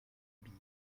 bise